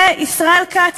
זה ישראל כץ,